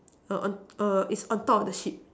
err on err it's on top of the sheet